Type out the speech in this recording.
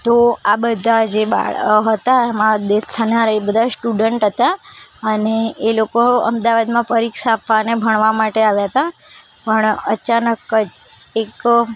તો આ બધાં જે હતા એમાં ડૅથ થનારાં એ બધા સ્ટુડન્ટ હતા અને એ લોકો અમદાવાદમાં પરીક્ષા આપવા અને ભણવા માટે આવ્યા હતા પણ અચાનક જ એક